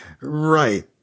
Right